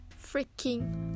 freaking